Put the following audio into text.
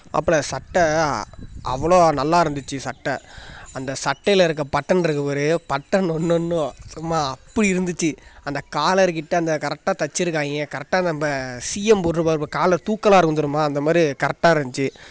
மாப்பிள சட்டை அவ்வளோ நல்லா இருந்துச்சு சட்டை அந்த சட்டையில் இருக்க பட்டன்ருக்கு பார் பட்டன் ஒன்று ஒன்றும் சும்மா அப்படி இருந்துச்சு அந்த காலர் கிட்ட அந்த கரெக்டாக தச்சுருக்காயிங்க கரெக்டாக நம்ப சிஎம் போட்டுருப்பார் பார் காலர் தூக்கலாக இருக்கும் தெரியுமா அந்த மாதிரி கரெக்டாக இருந்ச்சு